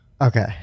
Okay